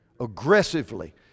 aggressively